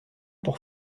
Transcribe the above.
pour